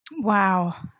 Wow